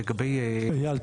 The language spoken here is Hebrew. --- אייל,